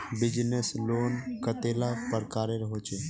Business loan कतेला प्रकारेर होचे?